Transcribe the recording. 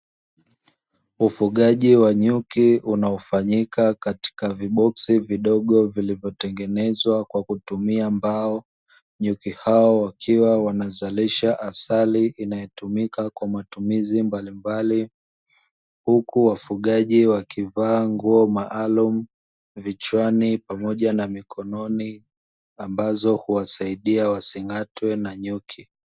Ufugaji wa nyuki unaofanyika katika vibokosi vidogo vilivyotengenezwa kwa kutumia mbao nyuki hao wakiwa wanazalisha asali inayotumika kwa matumizi mbalimbali huku wafugaji wakivaa nguo maalumu vichwani pamoja na mikononi ambazo huwasaidia wasingatwe na nyuki.